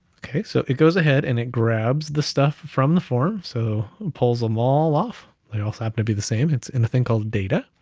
okay, so it goes ahead, and it grabs the stuff from the form so it pulls them all off. they also happen to be the same, it's in a thing called data,